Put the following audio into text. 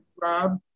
Rob